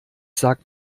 sag